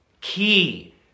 Key